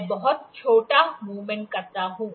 मैं बहुत छोटा मूवमेंट करता हूं